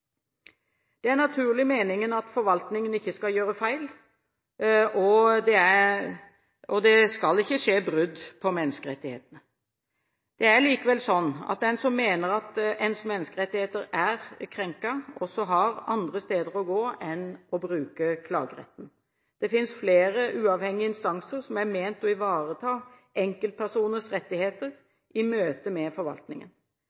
Det er naturligvis meningen at forvaltningen ikke skal gjøre feil, og at det ikke skal skje brudd på menneskerettighetene. Det er likevel slik at den som mener at ens menneskerettigheter er krenket, også har andre muligheter enn å bruke klageretten. Det finnes flere uavhengige instanser som er ment å ivareta enkeltpersoners